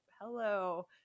Hello